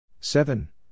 Seven